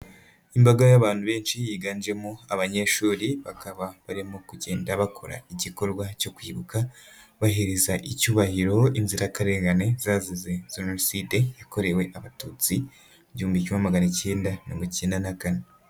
Imbaga y'abantu benshi yiganjemo abanyeshuri, bakaba barimo kugenda bakora igikorwa cyo kwibuka, bahereza icyubahiro inzirakarengane zazize Jenoside yakorewe abatutsi, igihumbi magana icyenda na mirongo icyenda na kane.